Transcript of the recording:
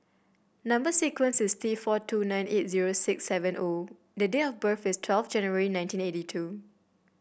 number sequence is T four two nine eight zero six seven O the date of birth is twelve January nineteen eighty two